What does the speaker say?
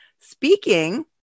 speaking